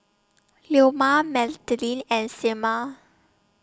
Leoma Madilyn and Selmer